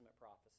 prophecy